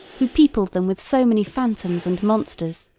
who peopled them with so many phantoms and monsters,